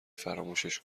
فراموشش